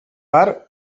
part